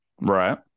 Right